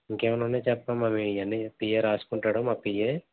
ఇంకేమైనా ఉన్నాయా చెప్పమ్మా ఇవన్నీ పిఏ వ్రాసుకుంటాడు మా పిఏ